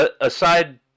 aside